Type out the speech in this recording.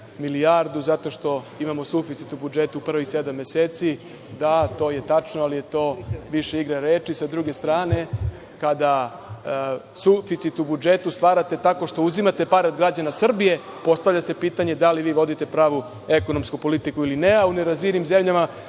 milijardu zato što imamo suficit u budžetu prvih sedam meseci. Da, to je tačno, ali je to više igra reči.S druge strane, kada suficit o budžetu stvarate tako što uzimate pare od građana Srbije, postavlja se pitanje – da li vi vodite pravu ekonomsku politiku ili ne, a u nerazvijenim zemljama